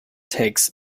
takes